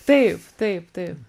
taip taip taip